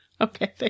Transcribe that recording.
Okay